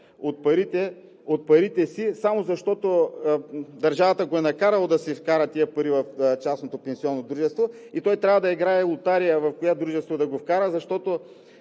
от парите си, само защото държавата го е накарала да си вкара тези пари в частното пенсионно дружество и той трябва да играе лотария в кое дружество да ги вкара, защото